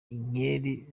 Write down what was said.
inkeri